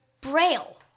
braille